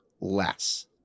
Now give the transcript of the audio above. less